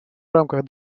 рамках